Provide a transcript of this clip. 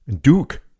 Duke